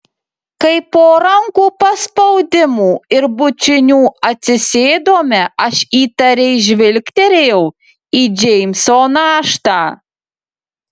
kai po rankų paspaudimų ir bučinių atsisėdome aš įtariai žvilgterėjau į džeimso naštą